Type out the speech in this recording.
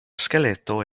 skeleto